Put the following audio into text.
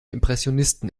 impressionisten